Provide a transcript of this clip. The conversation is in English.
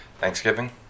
thanksgiving